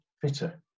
fitter